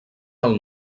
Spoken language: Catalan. del